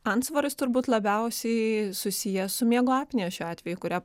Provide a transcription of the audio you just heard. antsvoris turbūt labiausiai susijęs su miego apnėja šiuo atveju kurią